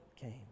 came